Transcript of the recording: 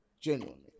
genuinely